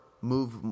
move –